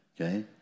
Okay